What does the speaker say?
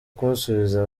kumusubiza